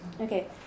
okay